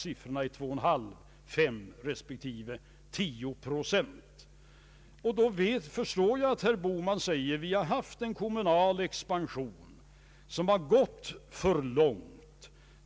Siffrorna är 2,5, 5 respektive 10 procent. Då förstår jag att herr Bohman säger att vi har haft en kommunal expansion som har gått för långt.